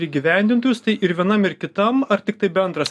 įgyvendintojus tai ir vienam ir kitam ar tiktai bendras